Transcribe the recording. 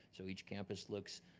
so each campus looks,